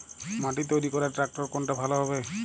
মাটি তৈরি করার ট্রাক্টর কোনটা ভালো হবে?